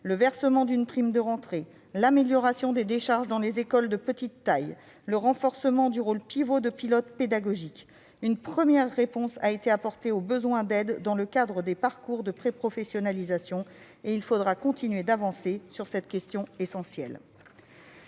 le versement d'une prime de rentrée, l'amélioration des décharges dans les écoles de petite taille et le renforcement du rôle pivot du directeur dans le pilotage pédagogique. Une première réponse a été apportée aux besoins d'aides dans le cadre des parcours de préprofessionnalisation ; il faudra continuer d'avancer sur cette question essentielle.